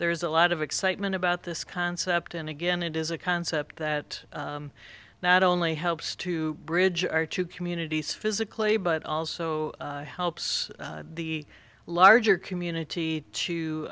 there is a lot of excitement about this concept and again it is a concept that not only helps to bridge our two communities physically but also helps the larger community to